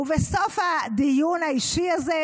ובסוף הדיון האישי הזה,